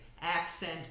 accent